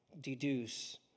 deduce